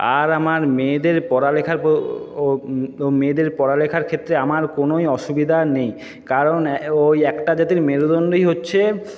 আর আমার মেয়েদের পড়ালেখা ও মেয়েদের পড়ালেখার ক্ষেত্রে আমার কোনোই অসুবিধা নেই কারণ ওই একটা জাতির মেরুদণ্ডই হচ্ছে